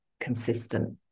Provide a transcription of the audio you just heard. consistent